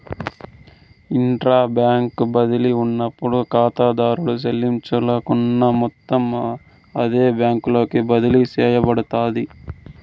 intra bank బదిలీ ఉన్నప్పుడు కాతాదారుడు సెల్లించాలనుకున్న మొత్తం అదే బ్యాంకులోకి బదిలీ సేయబడతాది